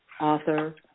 author